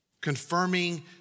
Confirming